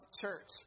church